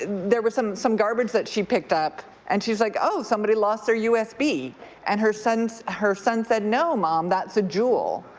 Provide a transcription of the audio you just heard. and there was some some garage that she picked up and she was like oh, somebody lost her usb and her son her son said, no, mom, that's a juul.